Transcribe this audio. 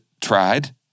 tried